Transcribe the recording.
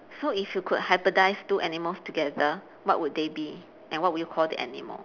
so if you could hybridise two animals together what would they be and what would you call the animal